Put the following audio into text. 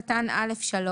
(1) בסעיף קטן (א3),